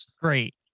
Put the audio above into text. Great